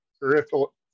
peripheral